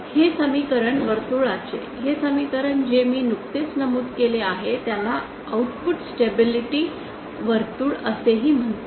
हे समीकरण वर्तुळाचे हे समीकरण जे मी नुकतेच नमूद केले आहे त्याला आउटपुट स्टेबिलिटी वर्तुळ असेही म्हणतात